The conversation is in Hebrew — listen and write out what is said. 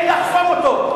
אין לחסום אותו.